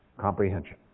comprehension